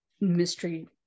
mystery